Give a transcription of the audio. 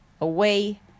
Away